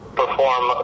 perform